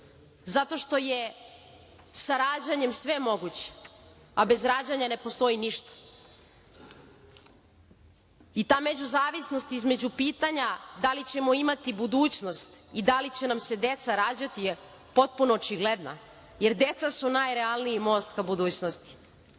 zato što je sa rađanjem sve moguće, a bez rađanja ne postoji ništa. Ta među zavisnost između pitanja da li ćemo imati budućnost i da li će nam se deca rađati je potpuno očigledna, jer deca su najrealniji most ka budućnosti. Porodica